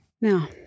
Now